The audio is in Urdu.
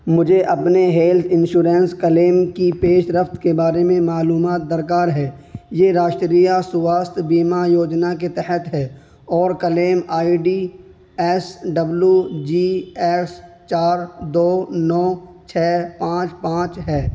مجھے اپنے ہیلتھ انشورنس کلیم کی پیش رفت کے بارے میں معلومات درکار ہے یہ راشٹریہ سواستھ بیمہ یوجنا کے تحت ہے اور claim I D S W G S چار دو نو چھ پانچ پانچ ہے